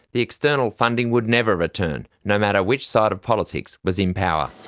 the external funding would never return, no matter which side of politics was in power.